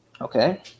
Okay